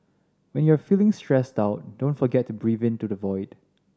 when you are feeling stressed out don't forget to breathe into the void